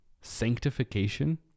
sanctification